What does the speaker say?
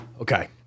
Okay